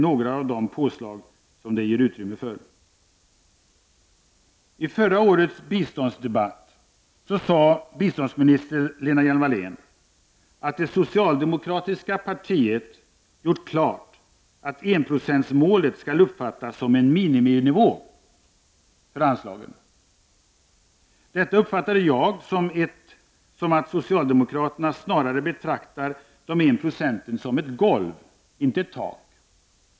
I förra årets biståndsdebatt sade biståndsminister Lena Hjelm-Wallén att det socialdemokratiska partiet har gjort klart att enprocentsmålet skall uppfattas som en miniminivå för anslagen. Detta uppfattade jag som att socialdemokraterna snarare betraktar 1 20 som ett golv — inte som ett tak.